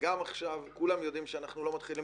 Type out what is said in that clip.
שגם עכשיו כולם יודעים שאנחנו לא מתחילים